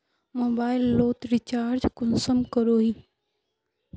Mobile लोत recharge कुंसम करोही?